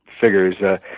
figures